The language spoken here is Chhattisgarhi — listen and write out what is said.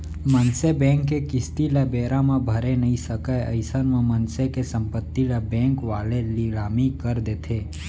मनसे बेंक के किस्ती ल बेरा म भरे नइ सकय अइसन म मनसे के संपत्ति ल बेंक वाले लिलामी कर देथे